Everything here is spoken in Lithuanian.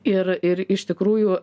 ir ir iš tikrųjų